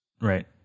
Right